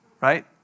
Right